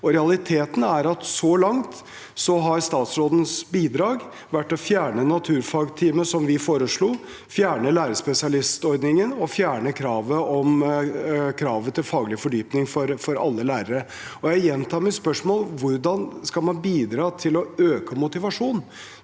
Realiteten er at statsrådens bidrag så langt har vært å fjerne naturfagtimen som vi foreslo, fjerne lærerspesialistordningen og fjerne kravet til faglig fordypning for alle lærere. Jeg gjentar mitt spørsmål: Hvordan skal man bidra til å øke motivasjonen